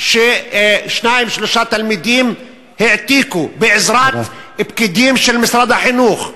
ששניים-שלושה תלמידים העתיקו בעזרת פקידים של משרד החינוך.